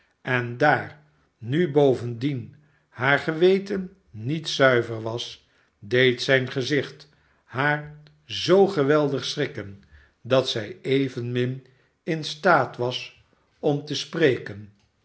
en daar nu bovendien haar geweten niet zuiver was deed zijn gezicht haar zoo geweldig schrikken dat zij evenmin in staat was om te spreken